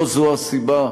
ולא זו הסיבה,